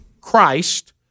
Christ